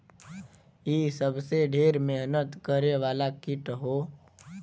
इ सबसे ढेर मेहनत करे वाला कीट हौ